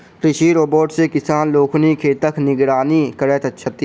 कृषि रोबोट सॅ किसान लोकनि खेतक निगरानी करैत छथि